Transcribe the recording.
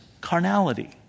carnality